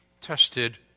tested